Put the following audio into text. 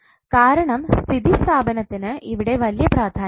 കാരണം സ്ഥിതി സ്ഥാപനത്തിന് ഇവിടെ വലിയ പ്രാധാന്യം ഇല്ല